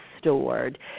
stored